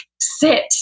sit